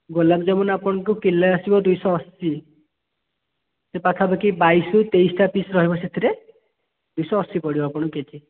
ଗୁଲାବଜାମୁନ୍ ଆପଣଙ୍କୁ କିଲେ ଆସିବ ଦୁଇଶହ ଅଶୀ ସେ ପାଖାପାଖି ବାଇଶରୁ ତେଇଶଟା ପିସ୍ ରହିବ ସେଥିରେ ଦୁଇଶହ ଅଶୀ ପଡ଼ିବ ଆପଣଙ୍କୁ କେ ଜି